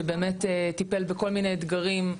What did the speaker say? שבאמת טיפל בכל מיני אתגרים,